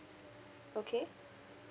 okay